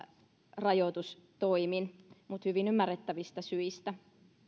rajoitustoimin mutta hyvin ymmärrettävistä syistä